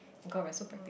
oh god we are so practic~